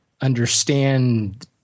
understand